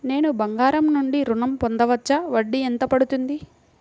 నేను బంగారం నుండి ఋణం పొందవచ్చా? వడ్డీ ఎంత పడుతుంది?